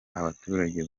abaturage